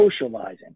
socializing